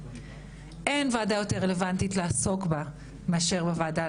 אין וועדה יותר רלוונטית לעסוק בה מאשר הוועדה הזאת.